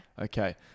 Okay